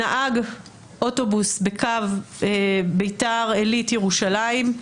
נהג אוטובוס בקו ביתר עלית, ירושלים.